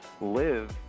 Live